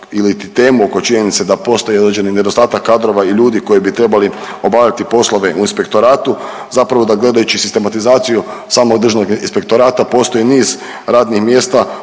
iliti temu oko činjenice da postoji određeni nedostatak kadrova i ljudi koji bi trebali obavljati poslove u inspektoratu zapravo da gledajući sistematizaciju samo od državnog inspektorata postoji niz radnih mjesta